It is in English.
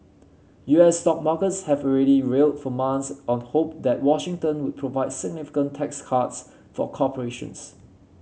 U S stock markets have already rallied for months on hope that Washington would provide significant tax cuts for corporations